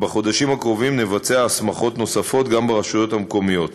ובחודשים הקרובים נבצע הסמכות נוספות גם ברשויות המקומיות.